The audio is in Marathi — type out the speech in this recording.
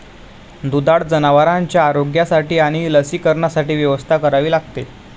दुधाळ जनावरांच्या आरोग्यासाठी आणि लसीकरणासाठी व्यवस्था करावी लागते